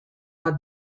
bat